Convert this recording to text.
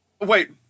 Wait